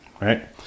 right